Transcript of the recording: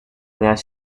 gas